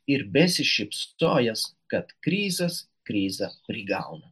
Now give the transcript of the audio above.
ir besišypsojęs kad krizas krizą prigauna